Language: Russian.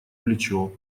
плечо